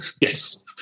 Yes